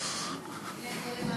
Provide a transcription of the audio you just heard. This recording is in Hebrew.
הנה הם,